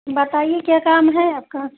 बताइए क्या काम है आपका